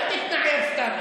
אל תתנער סתם.